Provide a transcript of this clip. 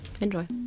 Enjoy